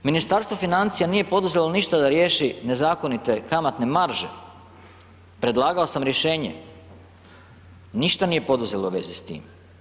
Ministarstvo financija nije poduzelo ništa da riješi nezakonite kamatne marže, predlagao sam rješenje, ništa nije poduzelo u vezi s tim.